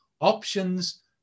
Options